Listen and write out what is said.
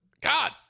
God